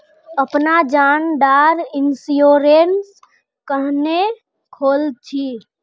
अपना जान डार इंश्योरेंस क्नेहे खोल छी?